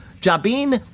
jabin